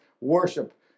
worship